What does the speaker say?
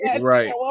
Right